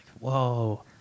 Whoa